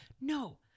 No